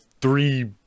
three